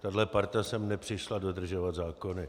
Tahle parta sem nepřišla dodržovat zákony.